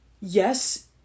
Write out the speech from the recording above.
yes